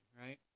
right